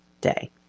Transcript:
day